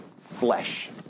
flesh